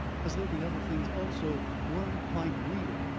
as though the other things also weren't quite real.